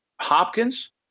Hopkins